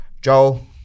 Joel